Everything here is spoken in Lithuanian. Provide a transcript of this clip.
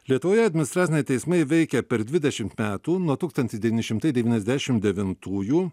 lietuvoje administraciniai teismai veikia per dvidešimt metų nuo tūkstantis devyni šimtai devyniasdešim devintųjų